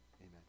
amen